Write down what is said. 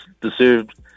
deserved